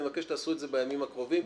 אני מבקש שתעשו את זה בימים הקרובים,